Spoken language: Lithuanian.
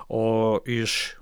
o iš